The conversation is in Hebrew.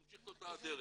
והמשיך באותה דרך.